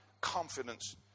confidence